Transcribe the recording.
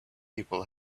people